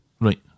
Right